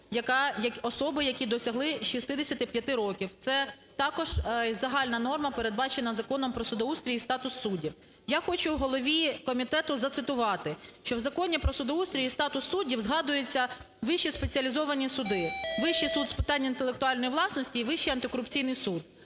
особи, які досягли 65 років. Це також загальна норма, передбачена Законом "Про судоустрій і статус суддів". Я хочу голові комітетузацитувати, що в Законі "Про судоустрій і статус суддів" згадуються вищі спеціалізовані суди – Вищий суд з питань інтелектуальної власності і Вищий антикорупційний суд.